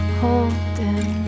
holding